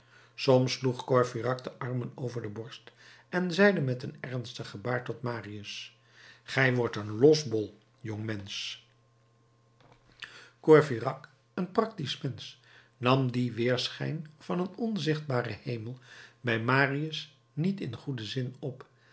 soms sloeg courfeyrac de armen over de borst en zeide met een ernstig gebaar tot marius gij wordt een losbol jongmensch courfeyrac een practisch mensch nam dien weerschijn van een onzichtbaren hemel bij marius niet in een goeden zin op